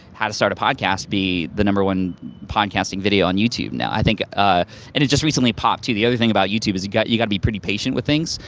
how to start a podcast be number one podcasting video on youtube now. i think, and it just recently popped too. the other thing about youtube is you gotta you gotta be pretty patient with things.